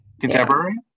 Contemporary